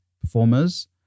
performers